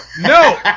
No